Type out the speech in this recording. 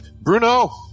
Bruno